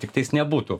tiktais nebūtų